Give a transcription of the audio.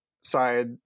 side